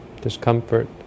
discomfort